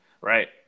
Right